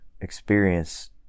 experience